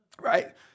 right